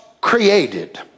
created